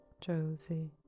Josie